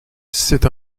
c’est